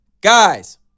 Guys